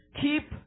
Keep